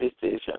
decision